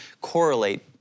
correlate